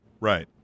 Right